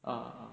ah